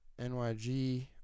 NYG